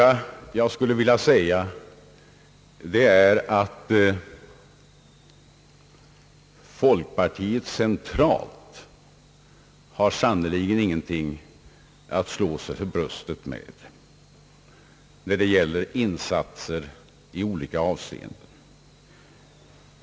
För det andra skulle jag vilja säga, att folkpartiet centralt sannerligen inte har någon anledning att slå sig för sitt bröst när det gäller insatser i olika avseenden.